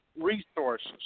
resources